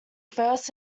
first